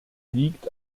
liegt